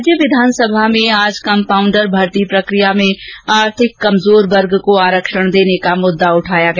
राज्य विधानसभा में आज कम्पाउंडर भर्ती प्रकिया में आर्थिक कमजोर वर्ग को आरक्षण देने का मुद्दा उठाया गया